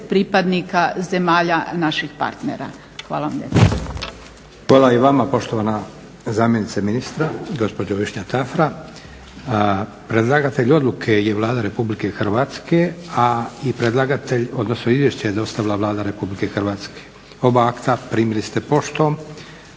pripadnika zemalja naših partnera. Hvala vam lijepa. **Leko, Josip (SDP)** Hvala i vama poštovana zamjenica ministra gospođo Višnja Tafra. Predlagatelj odluke je Vlada Republike Hrvatske i predlagatelj, odnosno Izvješće je dostavila Vlada Republike Hrvatske. Oba akta primili ste poštom,